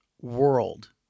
world